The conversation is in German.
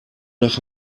nach